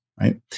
right